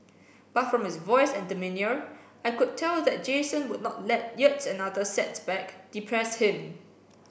but from his voice and demeanour I could tell that Jason would not let yet another setback depress him